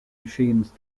machines